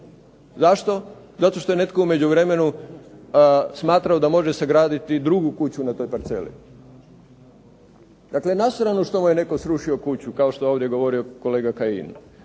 Zašto? Zato što je neto u međuvremenu smatrao da može sagraditi drugu kuću na toj parceli. Dakle, na stranu što mu je netko srušio kući, kao što je govorio kolega Kajin,